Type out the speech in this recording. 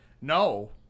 No